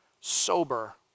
sober